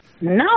No